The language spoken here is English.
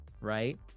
right